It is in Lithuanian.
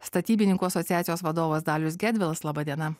statybininkų asociacijos vadovas dalius gedvilas laba diena